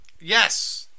Yes